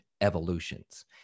evolutions